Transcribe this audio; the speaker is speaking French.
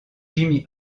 jimmy